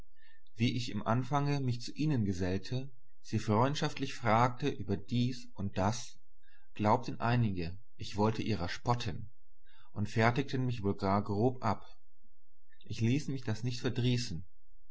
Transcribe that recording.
wie ich im anfange mich zu ihnen gesellte sie freundschaftlich fragte über dies und das glaubten einige ich wollte ihrer spotten und fertigten mich wohl gar grob ab ich ließ mich das nicht